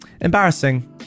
embarrassing